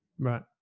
Right